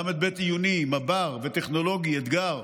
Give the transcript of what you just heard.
ל"ב עיוני, מב"ר וטכנולוגי אתגר,